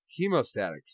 Chemostatics